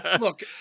look